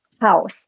house